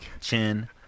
Chin